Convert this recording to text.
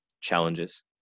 challenges